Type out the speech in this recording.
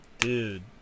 Dude